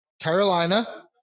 Carolina